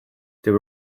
there